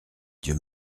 dieu